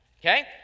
Okay